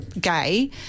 gay